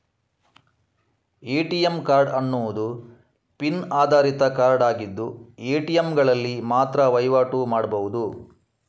ATM card ಅನ್ನುದು PIN ಆಧಾರಿತ card ಆಗಿದ್ದು ಎ.ಟಿ.ಎಂಗಳಲ್ಲಿ ಮಾತ್ರ ವೈವಾಟು ಮಾಡ್ಬಹುದು